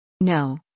No